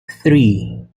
three